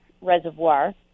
Reservoir